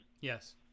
Yes